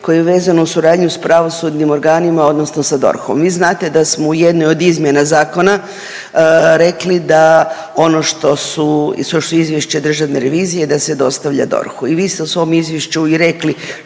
koje je vezano uz suradnju sa pravosudnim organima, odnosno sa DORH-om. Vi znate da smo u jedne od izmjena zakona rekli da ono što su, što je izvješće Državne revizije da se dostavlja DORH-u i vi ste u svom izvješću i rekli